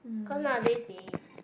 cause nowadays they